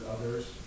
others